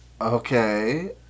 Okay